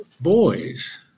Boys